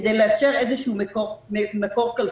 כדי לאפשר איזשהו מקור כלכלי.